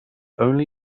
only